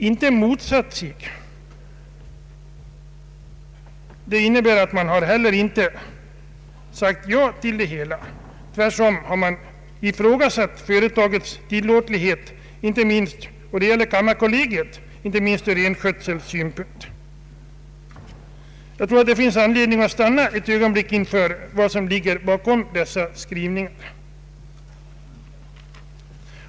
”Inte motsatt sig” innebär att man heller inte sagt ja till det hela. Tvärtom har kammarkollegiet ifrågasatt företagets tillåtlighet, inte minst ur renskötselns synpunkt. Det finns anledning att stanna ett ögonblick inför vad som ligger bakom dessa skrivningar.